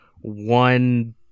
one